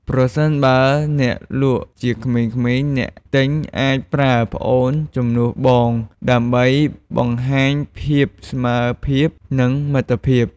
ប្រសិនបើអ្នកលក់ជាក្មេងៗ អ្នកទិញអាចប្រើ "ប្អូន" ជំនួស “បង” ដើម្បីបង្ហាញភាពស្មើភាពនិងមិត្តភាព។